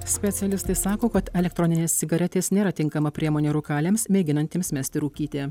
specialistai sako kad elektroninės cigaretės nėra tinkama priemonė rūkaliams mėginantiems mesti rūkyti